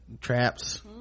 traps